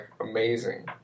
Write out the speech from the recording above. amazing